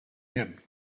him